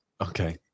Okay